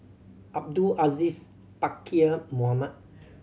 Abdul Aziz Pakkeer Mohamed